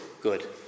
good